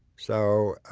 so